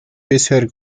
bisher